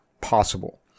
possible